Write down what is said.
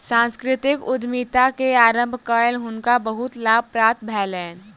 सांस्कृतिक उद्यमिता के आरम्भ कय हुनका बहुत लाभ प्राप्त भेलैन